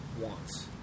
wants